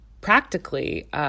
practically